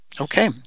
Okay